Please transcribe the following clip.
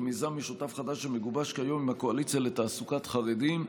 מיזם משותף חדש שמגובש כיום עם הקואליציה לתעסוקת חרדים,